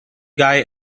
guy